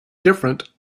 different